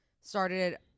started